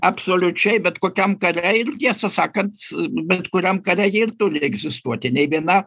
absoliučiai bet kokiam kare ir tiesą sakant bet kuriam kare ji ir turi egzistuoti nei viena